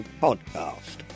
podcast